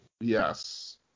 Yes